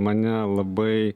mane labai